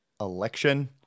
election